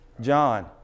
John